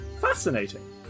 Fascinating